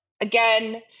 Again